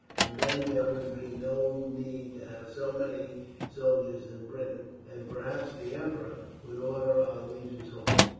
and then there would be no need to have so many soldiers in britain, and perhaps the emperor would order our legions home.